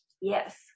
Yes